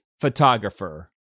photographer